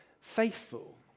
faithful